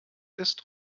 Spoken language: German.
ist